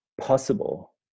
possible